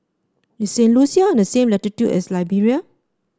is Saint Lucia on the same latitude as Liberia